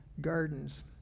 gardens